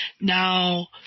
Now